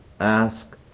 ask